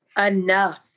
Enough